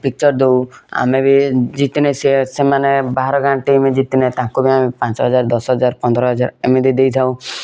fixture ଦଉ ଆମେ ବି ଜିତିଲେ ସେ ସେମାନେ ବାହାର ଗାଁ ଟିମ୍ ଜିତିଲେ ତାଙ୍କ ଗାଁ ପାଞ୍ଚ ହଜାର ଦଶ ହଜାର ପନ୍ଦର ହଜାର ଏମିତି ଦେଇଥାଉ